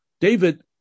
David